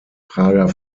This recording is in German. prager